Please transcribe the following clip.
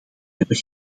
hebben